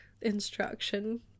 instruction